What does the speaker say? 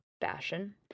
fashion